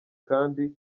kandi